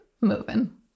moving